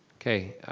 okay,